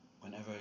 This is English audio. Whenever